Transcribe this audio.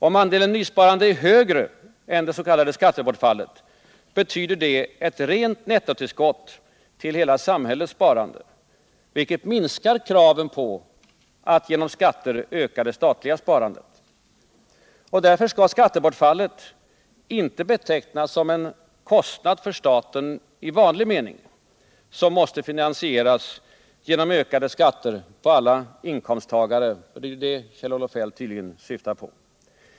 Om andelen nysparande är högre än det s.k. skattebortfallet, betyder det ett rent nettotillskott till hela samhällets sparande, vilket minskar kraven på att genom skatter öka det statliga sparandet. Därför skall skattebortfallet inte betecknas som en kostnad för staten i vanlig mening, som måste finansieras genom ökade skatter för alla inkomsttagare — det är det Kjell-Olof Feldt tydligen syftar på.